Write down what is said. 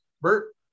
Bert